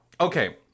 Okay